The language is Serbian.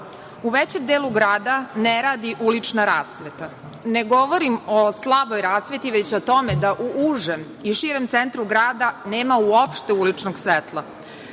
u većem delu grada ne radi ulična rasveta, ne govorim o slaboj rasveti, već o tome da u užem i širem centru grada nema uopšte uličnog svetla. Problem